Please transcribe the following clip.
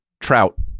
trout